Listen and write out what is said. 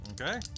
Okay